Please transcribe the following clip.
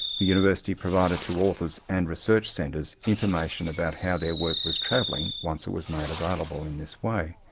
the university provided to authors and research centres information about how their work was travelling once it was made available in this way.